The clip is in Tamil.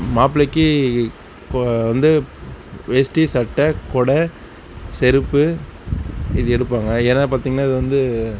மாப்பிள்ளைக்கு இப்போது வந்து வேஷ்டி சட்டை கொடை செருப்பு இது எடுப்பாங்க ஏனால் பார்த்தீங்கன்னா இது வந்து